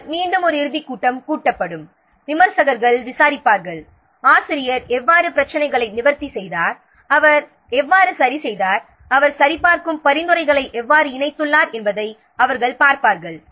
பின்னர் மீண்டும் ஒரு இறுதிக் கூட்டம் கூட்டப்படும் விமர்சகர்கள் விசாரிப்பார்கள் ஆசிரியர் எவ்வாறு பிரச்சினைகளை நிவர்த்தி செய்தார் அவர் எவ்வாறு சரிசெய்தார் அவர் சரிபார்க்கும் பரிந்துரைகளை எவ்வாறு இணைத்துள்ளார் என்பதை அவர்கள் பார்ப்பார்கள்